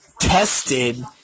tested